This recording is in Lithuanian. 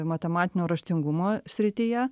matematinio raštingumo srityje